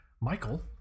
Michael